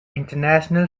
international